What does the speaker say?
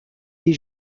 des